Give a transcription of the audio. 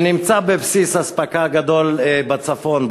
שנמצא בבסיס אספקה גדול בצפון,